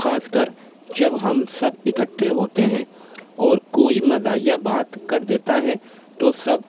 خاص کر جب ہم سب اکٹھے ہوتے ہیں اور کوئی مزاحیہ بات کر دیتا ہے تو سب